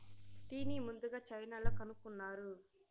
టీని ముందుగ చైనాలో కనుక్కున్నారు